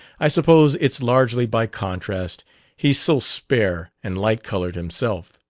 i suppose it's largely by contrast he's so spare and light-colored himself.